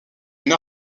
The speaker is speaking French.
une